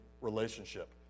relationship